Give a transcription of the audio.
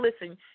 listen